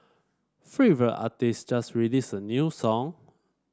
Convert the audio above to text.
favourite artist just released a new song